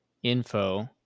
info